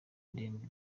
ndende